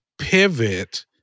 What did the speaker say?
pivot